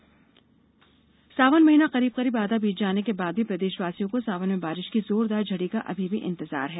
मौसम बारिश सावन महीना करीब करीब आधा बीत जाने के बाद भी प्रदेशवासियों को सावन में बारिश की जोरदार झडी का अभी भी इंतजार है